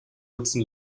nutzen